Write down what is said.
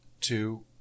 two